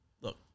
Look